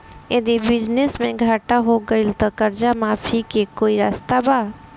यदि बिजनेस मे घाटा हो गएल त कर्जा माफी के कोई रास्ता बा?